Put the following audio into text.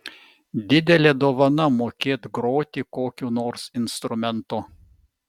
didelė dovana mokėt groti kokiu nors instrumentu